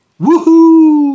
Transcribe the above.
woohoo